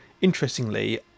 interestingly